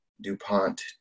DuPont